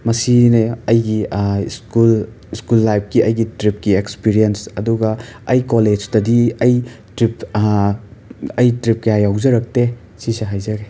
ꯃꯁꯤꯅꯦ ꯑꯩꯒꯤ school school ꯂꯥꯏꯕꯀꯤ ꯑꯩꯒꯤ ꯇ꯭ꯔꯤꯞꯀꯤ ꯑꯦꯛꯁꯄꯤꯔꯦꯟꯁ ꯑꯗꯨꯒ ꯑꯩ ꯀꯣꯂꯦꯁꯇꯗꯤ ꯑꯩ ꯇ꯭ꯔꯤꯞ ꯑꯩ ꯇ꯭ꯔꯤꯞ ꯀꯌꯥ ꯌꯥꯎꯖꯔꯛꯇꯦ ꯁꯤꯁꯦ ꯍꯥꯏꯖꯒꯦ